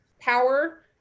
power